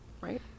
right